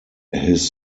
his